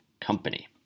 company